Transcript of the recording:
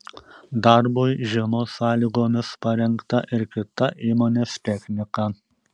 darbui žiemos sąlygomis parengta ir kita įmonės technika